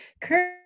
Current